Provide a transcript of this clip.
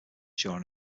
during